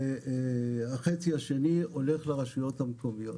והחצי השני הולך לרשויות המקומיות.